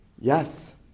Yes